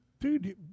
dude